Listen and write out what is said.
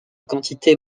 quantité